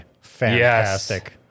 fantastic